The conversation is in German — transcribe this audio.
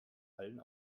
allen